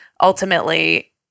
ultimately